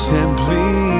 Simply